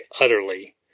utterly